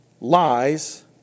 lies